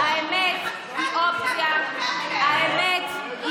הצבעת, תיכנסי ותקראי את האמת.